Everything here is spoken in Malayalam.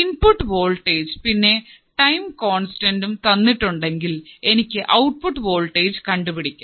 ഇൻപുട് വോൾടേജ് പിന്നെ ടൈം കോൺസ്റ്റന്റ് തന്നിട്ടുണ്ടെങ്കിൽ എനിക്ക് ഔട്ട്പുട്ട് വോൾട്ടേജ് കണ്ടുപിടിക്കാം